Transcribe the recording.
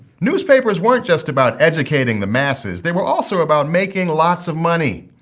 newspapers weren't just about educating the masses. they were also about making lots of money.